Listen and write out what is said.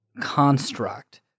construct